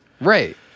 Right